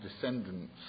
descendants